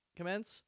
Commence